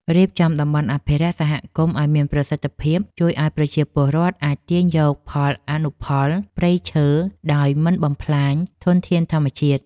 រៀបចំតំបន់អភិរក្សសហគមន៍ឱ្យមានប្រសិទ្ធភាពជួយឱ្យប្រជាពលរដ្ឋអាចទាញយកផលអនុផលព្រៃឈើដោយមិនបំផ្លាញធនធានធម្មជាតិ។